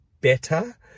better